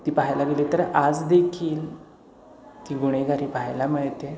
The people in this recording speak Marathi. ती पाहायला गेली तर आज देखील ती गुन्हेगारी पाहायला मिळते